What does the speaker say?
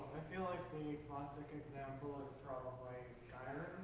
feel like the classic example is probably skyrim,